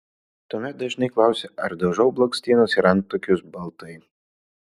tuomet dažnai klausia ar dažau blakstienas ir antakius baltai